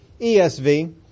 ESV